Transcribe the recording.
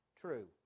True